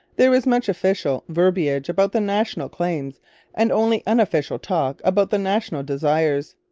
there was much official verbiage about the national claims and only unofficial talk about the national desires.